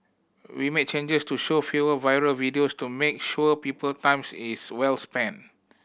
we made changes to show fewer viral videos to make sure people times is well spent